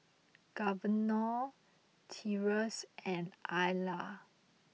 Governor Tyrus and Alia